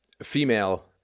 female